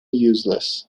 useless